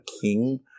King